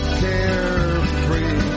carefree